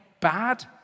bad